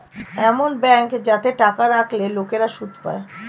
এমন ব্যাঙ্ক যাতে টাকা রাখলে লোকেরা সুদ পায়